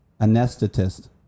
Anesthetist